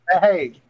Hey